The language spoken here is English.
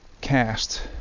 cast